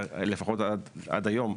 לפחות עד היום,